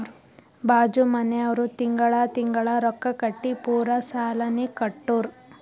ಬಾಜು ಮನ್ಯಾವ್ರು ತಿಂಗಳಾ ತಿಂಗಳಾ ರೊಕ್ಕಾ ಕಟ್ಟಿ ಪೂರಾ ಸಾಲಾನೇ ಕಟ್ಟುರ್